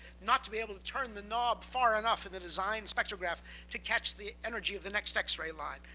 not to be able to turn the knob far enough and the design spectrograph to catch the energy of the next x-ray line.